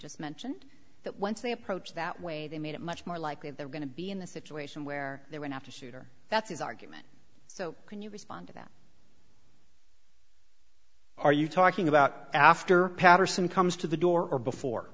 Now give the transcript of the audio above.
just mentioned that once they approached that way they made it much more likely they're going to be in the situation where they went after shooter that's his argument so can you respond to that are you talking about after paterson comes to the door or before